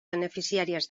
beneficiàries